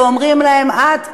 ואומרים להם: עד כאן,